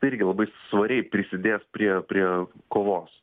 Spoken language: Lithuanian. tai irgi labai svariai prisidės prie prie kovos